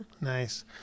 nice